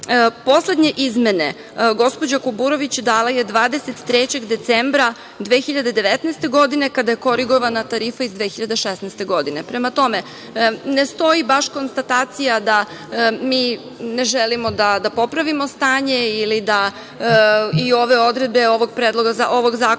pravde. Poslednje izmene, gospođa Kuburović dala je 23. decembra 2019. godine kada je korigovana tarifa iz 2016. godine. Prema tome, ne stoji baš konstatacija da mi ne želimo da popravimo stanje ili da i ove odredbe ovog zakona